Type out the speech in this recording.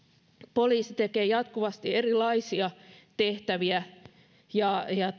poliisi hoitaa jatkuvasti erilaisia tehtäviä ja ja